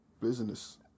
business